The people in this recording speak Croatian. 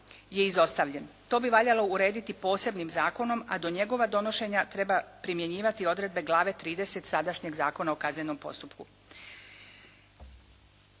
je izostavljen. To bi valjalo urediti posebnim zakonom a do njegova donošenja treba primjenjivati odredbe glave 30. sadašnjeg Zakona o kaznenom postupku.